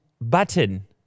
button